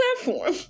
platform